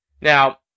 Now